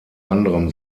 anderem